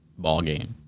ballgame